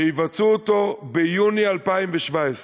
שיבצעו אותו ביוני 2017,